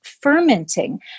fermenting